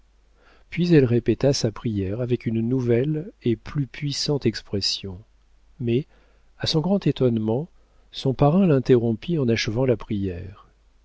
puis elle répéta sa prière avec une nouvelle et plus puissante expression mais à son grand étonnement son parrain l'interrompit en achevant la prière